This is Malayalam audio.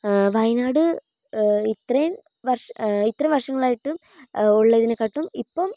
വയനാട് ഇത്രയും ഇത്രയും വർഷങ്ങളായിട്ടും ഉള്ളതിനേക്കാളും ഇപ്പം